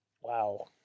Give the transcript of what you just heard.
wow